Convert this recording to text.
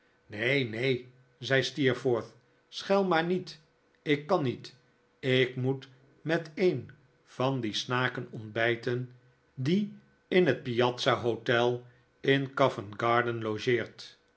neen neen zei steerforth schel maar niet ik kan niet ik moet met een van die snaken ontbijten die in het piazzarhotel in covent-garden logeert